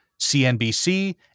CNBC